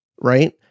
Right